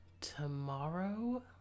tomorrow